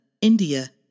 India